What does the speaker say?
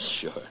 Sure